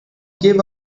give